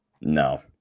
No